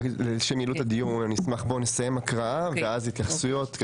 לשם יעילות הדיון נסיים את ההקראה ואז יהיו התייחסויות,